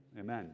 Amen